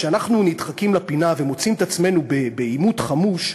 כשאנחנו נדחקים לפינה ומוצאים את עצמנו בעימות חמוש,